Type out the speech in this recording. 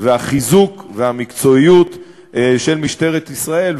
החיזוק והמקצועיות של משטרת ישראל,